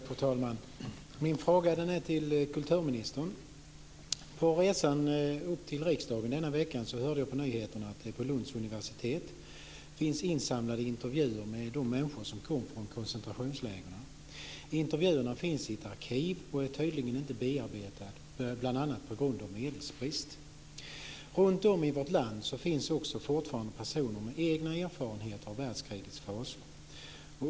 Fru talman! Min fråga riktar sig till kulturministern. På resan upp till riksdagen den här veckan hörde jag på nyheterna att det på Lunds universitet finns insamlade intervjuer med de människor som kom från koncentrationslägren. Intervjuerna finns i ett arkiv men har tydligen inte bearbetats, bl.a. på grund av medelsbrist. Det finns runtom i vårt land också fortfarande personer med egna erfarenheter av världskrigets fasor.